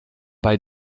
bei